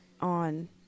on